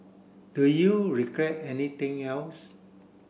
do you regret anything else